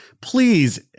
please